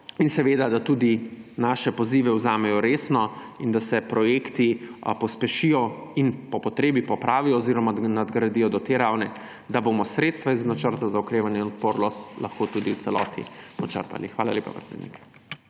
tematiko, da naše pozive vzamejo resno in da se projekti pospešijo in po potrebi popravijo oziroma nadgradijo do te ravni, da bomo sredstva iz Načrta za okrevanje in odpornost lahko tudi v celoti počrpali. Hvala lepa, predsednik.